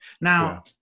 Now